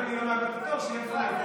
אם אני לא מאבד את התור, שיהיה לפניי.